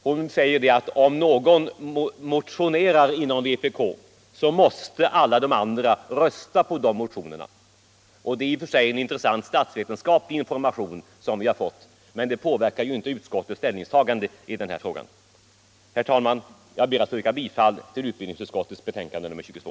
Hon säger att om någon motionerar inom vpk, så måste alla de andra rösta på de motionerna. Det är i och för sig en intressant statsvetenskaplig information som vi har fått, men det påverkar ju inte utskottets ställningstagande i den här frågan. Herr talman! Jag ber att få yrka bifall till utbildningsutskottets hemställan i betänkandet nr 22.